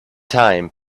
time